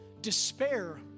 Despair